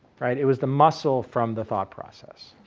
right? it was the muscle from the thought process.